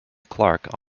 clark